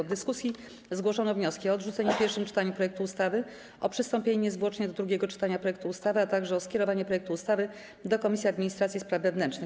W dyskusji zgłoszono wnioski: - o odrzucenie w pierwszym czytaniu projektu ustawy, - o przystąpienie niezwłocznie do drugiego czytania projektu ustawy, - o skierowanie projektu ustawy do Komisji Administracji i Spraw Wewnętrznych.